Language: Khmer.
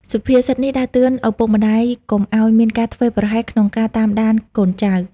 សុភាសិតនេះដាស់តឿនឪពុកម្ដាយកុំឱ្យមានការធ្វេសប្រហែសក្នុងការតាមដានកូនចៅ។